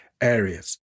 areas